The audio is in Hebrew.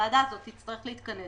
הוועדה הזאת תצטרך להתכנס